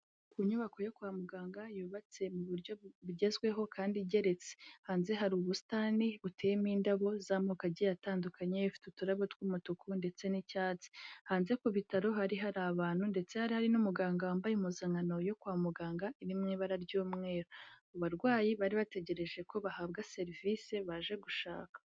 Ku nyubako yo kwa muganga yubatse mu buryo bugezweho kandi igeretse, hanze hari ubusitani buteyemo indabo z'amoko agiye atandukanye, ifite uturabo tw'umutuku ndetse n'icyatsi, hanze ku bitaro hari hari abantu ndetse hari hari n'umuganga wambaye impuzankano yo kwa muganga iri mu ibara ry'umweru, abarwayi bari bategereje ko bahabwa serivisi baje gushaka.